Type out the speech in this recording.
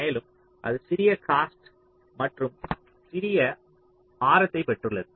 மேலும் அது சிறிய காஸ்ட் மற்றும் சிறிய ஆரத்தை பெற்றுள்ளது